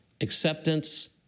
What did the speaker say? acceptance